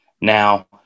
Now